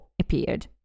appeared